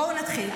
בואו נתחיל.